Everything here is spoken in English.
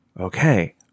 Okay